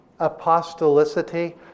apostolicity